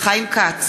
חיים כץ,